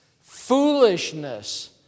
foolishness